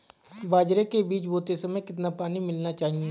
बाजरे के बीज बोते समय कितना पानी मिलाना चाहिए?